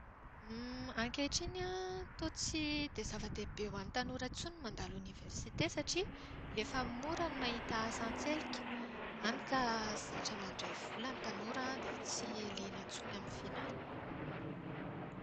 Ankehitriny an, toa tsy dia zava-dehibe ho an'ny tanora intsony ny mandalo oniversite satria efa mora ny mahita asa an-tselika. Hany ka zatra mandray vola ny tanora dia tsy liana intsony amin'ny fianarana.